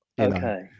Okay